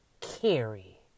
carry